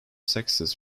sexes